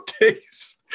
days